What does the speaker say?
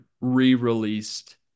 re-released